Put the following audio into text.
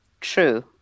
True